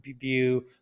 view